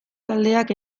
taldeak